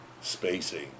spacing